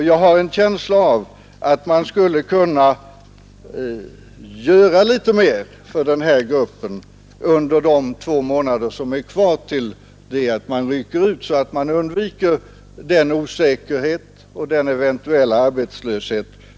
Jag har en känsla av att man skulle kunna göra litet mer för denna grupp under de två månader som är kvar tills de rycker ut, så att de slipper osäkerheten för en eventuell arbetslöshet.